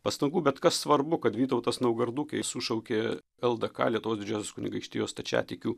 pastangų bet kas svarbu kad vytautas naugarduke jis sušaukė ldk lietuvos didžiosios kunigaikštijos stačiatikių